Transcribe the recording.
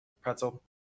pretzel